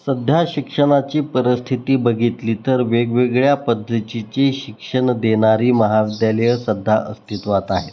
सध्या शिक्षणाची परिस्थिती बघितली तर वेगवेगळ्या पद्धतीची शिक्षण देणारी महाविद्यालयं सध्या अस्तित्वात आहेत